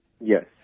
Yes